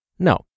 No